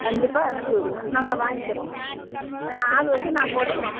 கண்டிப்பாக அனுப்பிவிடுங்க நாங்கள் வாங்கிக்கிறோம் நான் ஆள் வச்சி நான் போட்டுக்கிறேன்